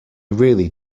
really